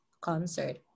concert